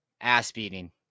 ass-beating